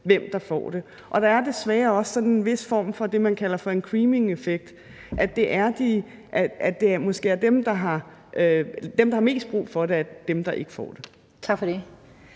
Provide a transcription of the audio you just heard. hvem der får det. Der er desværre også en vis form for det, man kalder en creaming effect, altså at det måske er dem, der har mest brug for det, der ikke får det. Kl.